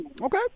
Okay